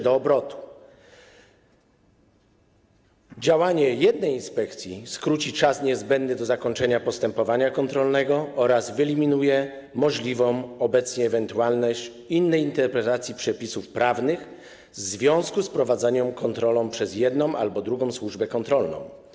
Działanie jednej inspekcji skróci czas niezbędny do zakończenia postepowania kontrolnego oraz wyeliminuje możliwą obecnie ewentualność innej interpretacji przepisów prawnych w związku z wprowadzaniem kontroli przez jedną albo drugą służbę kontrolną.